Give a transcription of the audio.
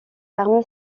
parmi